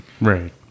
Right